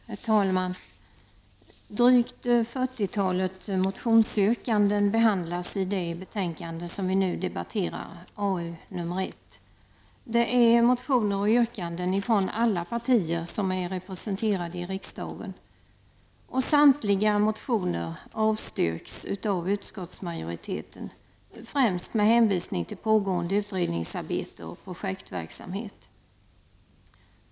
Herr talman! Drygt fyrtiotalet motionsyrkanden behandlas i det betänkande vi nu debatterar -- AU1. Det är motioner och yrkanden från alla partier som är representerade i riksdagen. Samtliga motioner avstyrks av utskottsmajoriteten, främst med hänvisning till pågående utredningsarbete och projektverksamhet.